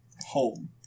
home